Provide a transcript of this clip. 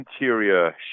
interior